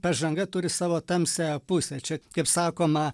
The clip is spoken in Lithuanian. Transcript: pažanga turi savo tamsiąją pusę čia kaip sakoma